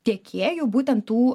tiekėjų būtent tų